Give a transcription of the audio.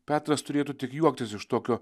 petras turėtų tik juoktis iš tokio